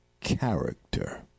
character